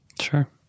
Sure